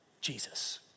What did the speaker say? Jesus